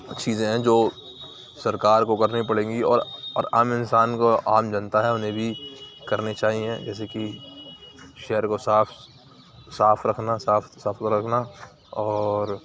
چیزیں ہیں جو سرکار کو کرنی پڑے گی اور اور عام انسان کو عام جنتا ہے اُنہیں بھی کرنی چاہیے جیسے کہ شہر کو صاف صاف رکھنا صاف رکھنا اور